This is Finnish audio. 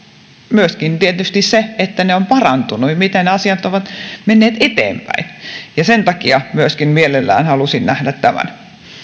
myöskin tietysti se että ne ovat parantuneet miten ne asiat ovat menneet eteenpäin sen takia myöskin mielelläni halusin nähdä tämän